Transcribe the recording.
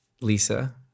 Lisa